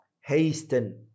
hasten